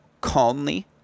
Calmly